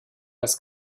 das